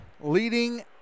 leading